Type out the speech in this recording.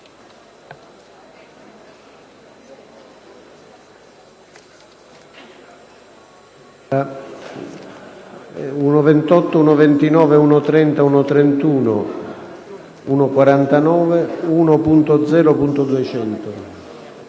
1.28, 1.29, 1.30, 1.31, 1.32, 1.34, 1.36,